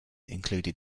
included